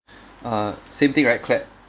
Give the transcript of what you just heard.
uh same thing right clap